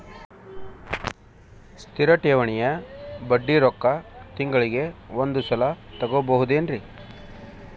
ಸ್ಥಿರ ಠೇವಣಿಯ ಬಡ್ಡಿ ರೊಕ್ಕ ತಿಂಗಳಿಗೆ ಒಂದು ಸಲ ತಗೊಬಹುದೆನ್ರಿ?